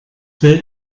will